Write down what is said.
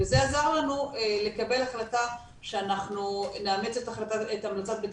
וזה עזר לנו לקבל החלטה שאנחנו נאמץ את המלצת בית